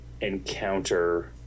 encounter